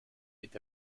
est